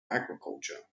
agriculture